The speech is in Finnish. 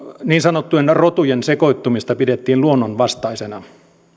niin sanottujen rotujen sekoittumista pidettiin luonnonvastaisena